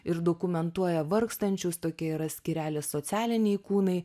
ir dokumentuoja vargstančius tokie yra skyreliai socialiniai kūnai